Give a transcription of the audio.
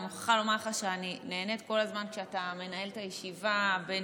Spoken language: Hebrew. אני מוכרחה לומר לך שאני נהנית כל הזמן שאתה מנהל את הישיבה בנועם,